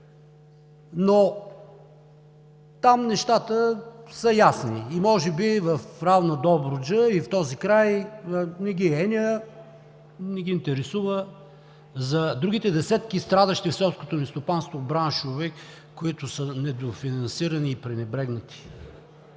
но там нещата са ясни. Може би в равна Добруджа и в този край не ги е еня, не ги интересува за другите десетки страдащи в селското ни стопанство браншове, които са недофинансирани и пренебрегнати.